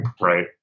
right